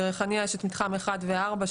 בריחאניה יש את מתחם אחד וארבע,